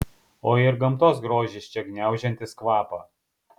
o ir gamtos grožis čia gniaužiantis kvapą